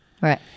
right